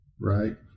right